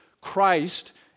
Christ